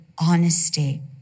honesty